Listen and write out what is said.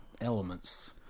elements